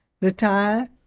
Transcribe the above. retire